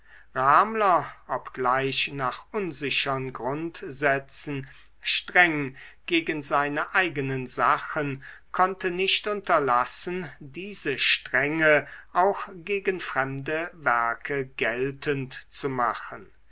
ramler obgleich nach unsichern grundsätzen streng gegen seine eigenen sachen konnte nicht unterlassen diese strenge auch gegen fremde werke geltend zu machen